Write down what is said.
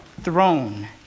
throne